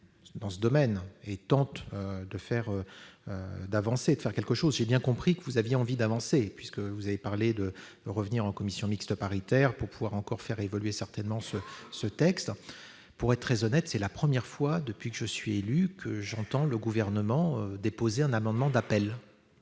dans ce domaine et tente de faire quelque chose. J'ai bien compris que vous aviez envie d'avancer, puisque vous avez parlé de revenir en commission mixte paritaire pour faire encore évoluer votre proposition. Pour être très honnête, c'est la première fois, depuis que je suis élu, que j'entends dire que le Gouvernement dépose un amendement d'appel.